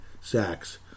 sacks